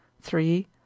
Three